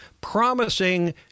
promising